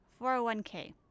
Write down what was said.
401k